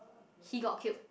he got killed